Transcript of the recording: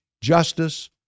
justice